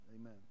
Amen